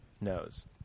knows